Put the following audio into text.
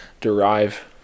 derive